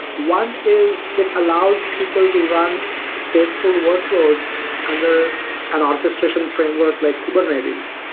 one is it allows people to run stateful workloads under an orchestration framework like kubernetes.